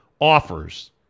offers